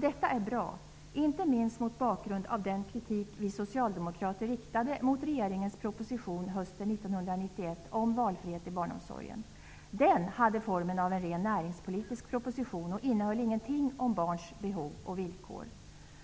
Detta är bra, inte minst mot bakgrund av den kritik vi socialdemokrater riktade mot regeringens proposition hösten 1991 om valfrihet i barnomsorgen. Den hade formen av en ren näringspolitisk proposition och innehöll ingenting om barns behov och villkor.